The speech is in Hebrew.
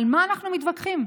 על מה אנחנו מתווכחים?